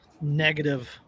negative